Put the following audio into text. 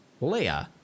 Leia